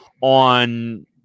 on